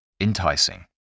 Enticing